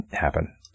happen